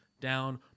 down